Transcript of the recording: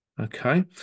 Okay